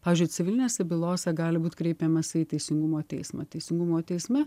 pavyzdžiui civilinėse bylose gali būt kreipiamasi į teisingumo teismą teisingumo teisme